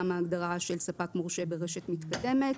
גם ההגדרה של ספק מורשה ברשת מתקדמת.